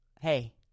Hey